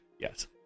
Yes